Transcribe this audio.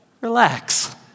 relax